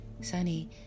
Sunny